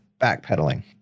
backpedaling